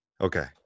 Okay